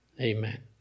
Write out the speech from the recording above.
Amen